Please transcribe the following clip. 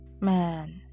man